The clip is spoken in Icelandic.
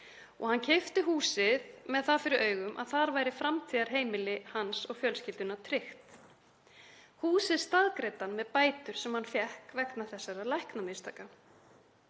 og hann keypti húsið með það fyrir augum að þar með væri framtíðarheimili hans og fjölskyldunnar tryggt. Húsið staðgreiddi hann með bótunum sem hann fékk vegna þessara læknamistaka.